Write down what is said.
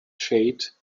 shade